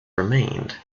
remained